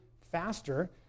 faster